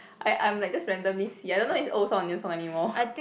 I I'm just like randomly see I don't know is old song or new song anymore